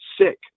sick